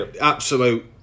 absolute